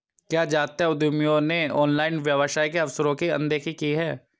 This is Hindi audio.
क्या जातीय उद्यमियों ने ऑनलाइन व्यवसाय के अवसरों की अनदेखी की है?